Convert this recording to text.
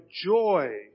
joy